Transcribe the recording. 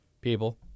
people